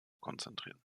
konzentrieren